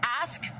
ask